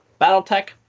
BattleTech